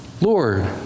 Lord